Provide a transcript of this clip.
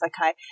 Okay